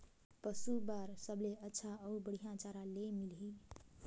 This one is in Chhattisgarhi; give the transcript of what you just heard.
पशु बार सबले अच्छा अउ बढ़िया चारा ले मिलही?